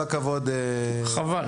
חבל,